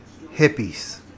Hippies